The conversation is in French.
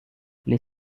les